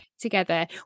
together